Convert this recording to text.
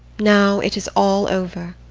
now it is all over.